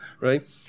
right